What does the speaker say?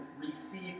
receive